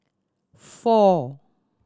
four